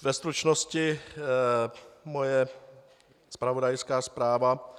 Ve stručnosti moje zpravodajská zpráva.